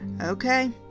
Okay